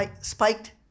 spiked